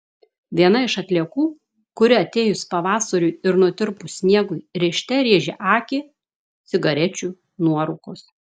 viena iš atliekų kuri atėjus pavasariui ir nutirpus sniegui rėžte rėžia akį cigarečių nuorūkos